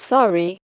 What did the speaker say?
Sorry